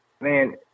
man